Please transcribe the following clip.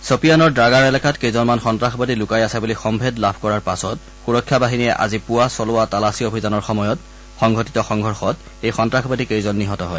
ছ'পিয়ানৰ ড়াগাৰ এলেকাত কেইজনমান সন্তাসবাদী লুকাই আছে বুলি সম্ভেদ লাভ কৰাৰ পাছত সুৰক্ষা বাহিনীয়ে আজি পুৱা চলোৱা তালাচী অভিযানৰ সময়ত সংঘটিত সংঘৰ্ষত এই সন্তাসবাদী কেইজন নিহত হয়